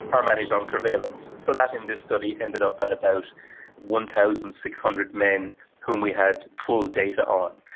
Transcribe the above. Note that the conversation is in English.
are managed on surveillance, so that in this study ended up at about one thousand six hundred men whom we had full data on.